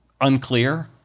unclear